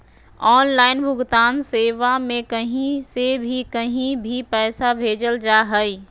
online भुगतान सेवा में कही से भी कही भी पैसा भेजल जा हइ